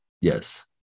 Yes